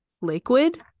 Liquid